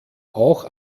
auch